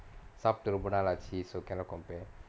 சாப்ட்டு ரொம்ப நாளாச்சு:saaptu romba naalaachu so cannot compare